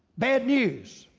bad news,